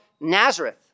Nazareth